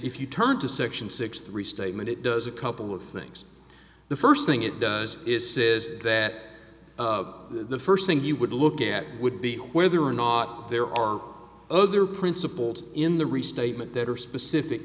if you turn to section six three statement it does a couple of things the first thing it does is says that the first thing you would look at would be whether or not there are other principles in the restatement that are specific